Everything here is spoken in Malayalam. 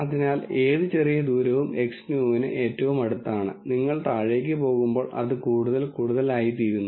അതിനാൽ ഏത് ചെറിയ ദൂരവും Xnew ന് ഏറ്റവും അടുത്താണ് നിങ്ങൾ താഴേക്ക് പോകുമ്പോൾ അത് കൂടുതൽ കൂടുതൽ ആയിത്തീരുന്നു